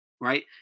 right